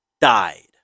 died